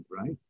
right